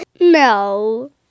No